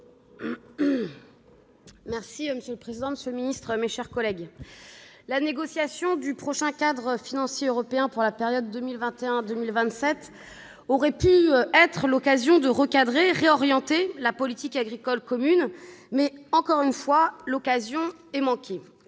la négociation du prochain cadre financier européen pour la période 2021-2027 aurait pu être l'occasion de recadrer, réorienter, la politique agricole commune, mais, encore une fois, l'occasion est manquée.